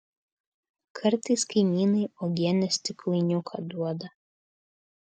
kartais kaimynai uogienės stiklainiuką duoda